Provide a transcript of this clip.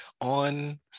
on